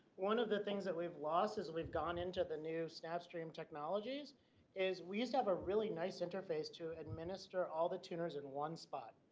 one of the things that we've lost is we've gone into the new snapstream technologies is we used to have a really nice interface to administer all the tuners are in one spot.